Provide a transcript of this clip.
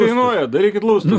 kainuoja darykit lustus